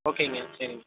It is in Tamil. ஓகேங்க சரிங்க